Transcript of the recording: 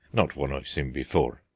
not one i've seen before,